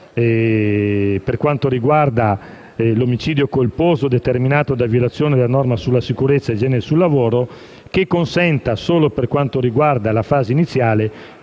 per quanto riguarda l'omicidio colposo determinato dalla violazione di norme sulla sicurezza e l'igiene sul lavoro, che consenta, solo per quanto riguarda la fase iniziale,